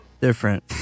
different